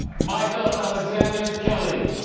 michael alexander kelly